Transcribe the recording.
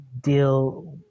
deal